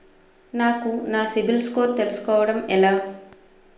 నాకు నా CIBIL score తెలుసుకోవడం ఎలా?